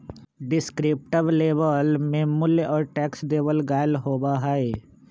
descriptive label में मूल्य और टैक्स देवल गयल होबा हई